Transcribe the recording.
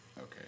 Okay